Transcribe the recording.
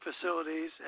facilities